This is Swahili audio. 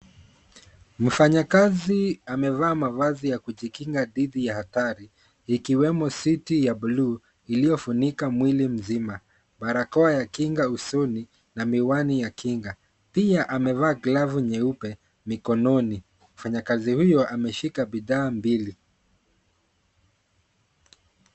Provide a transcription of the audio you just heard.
Mfanyakazi amevaa mavazi ya kujikinga dhidi ya hatari, ikiwemo suti ya bluu iliyofunika mwili mzima, barakoa ya kinga usoni na miwani ya kinga, pia amevaa glavu nyeupe mikononi, mfanyakazi huyo ameshika bidhaa mbili.